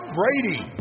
Brady